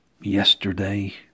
yesterday